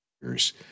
years